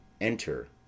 Enter